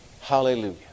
Hallelujah